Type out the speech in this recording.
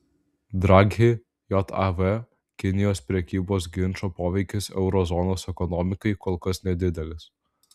draghi jav kinijos prekybos ginčo poveikis euro zonos ekonomikai kol kas nedidelis